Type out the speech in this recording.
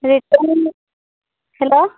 return ହେବ